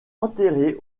enterrée